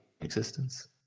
existence